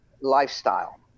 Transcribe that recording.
lifestyle